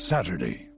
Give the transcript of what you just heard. Saturday